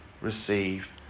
receive